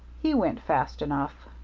he went fast enough.